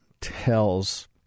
tells